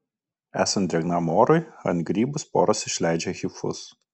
esant drėgnam orui ant grybų sporos išleidžia hifus